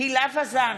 הילה וזאן,